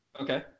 Okay